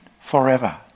forever